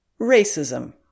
Racism